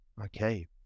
Okay